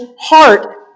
heart